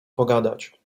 pogadać